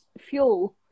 fuel